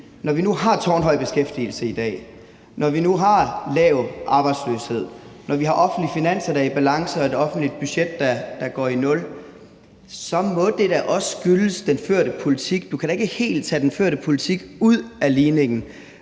når vi nu har tårnhøj beskæftigelse i dag, når vi nu har lav arbejdsløshed, når vi nu har offentlige finanser, der er i balance, og et offentligt budget, der går i nul, så må det da også skyldes den førte politik. Du kan da ikke helt tage den førte politik ud af ligningen.